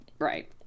Right